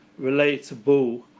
relatable